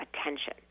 attention